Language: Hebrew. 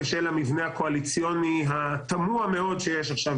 בשל המבנה הקואליציוני התמוה מאוד שיש עכשיו,